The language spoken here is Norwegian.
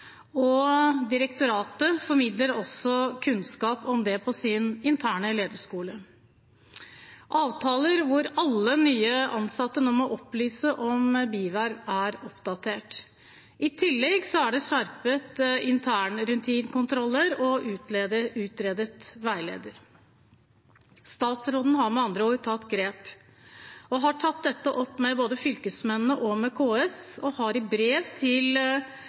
og direktoratet formidler også kunnskap om det på sin interne lederskole. Avtaler hvor alle nye ansatte nå må opplyse om bierverv, er oppdatert. I tillegg er internrutinekontroller skjerpet, og det er utredet veileder. Statsråden har med andre ord tatt grep, har tatt dette opp med både fylkesmennene og med KS, og har i brev